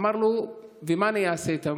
אמר לו: ומה אני אעשה איתם?